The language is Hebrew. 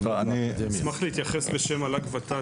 אשמח להתייחס בשם מל"ג ות"ת.